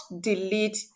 delete